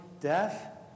death